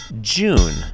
June